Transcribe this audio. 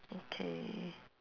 okay